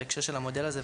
בהקשר למודל הזה,